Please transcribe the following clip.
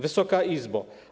Wysoka Izbo!